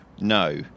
No